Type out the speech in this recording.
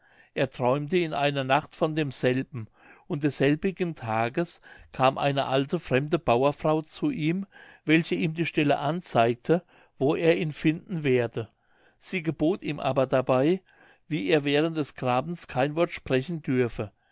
er träumte in einer nacht von demselben und desselbigen tages kam eine alte fremde bauerfrau zu ihm welche ihm die stelle anzeigte wo er ihn finden werde sie gebot ihm aber dabei wie er während des grabens kein wort sprechen dürfe